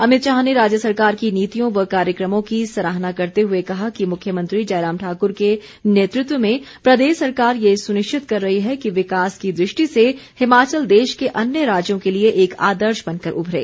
अमित शाह ने राज्य सरकार की नीतियों व कार्यक्रमों की सराहना करते हुए कहा कि मुख्यमंत्री जयराम ठाकुर के नेतृत्व में प्रदेश सरकार ये सुनिश्चित कर रही है कि विकास की दृष्टि से हिमाचल देश के अन्य राज्यों के लिए एक आदर्श बनकर उभरे